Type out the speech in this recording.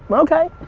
um okay.